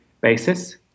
basis